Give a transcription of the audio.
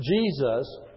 Jesus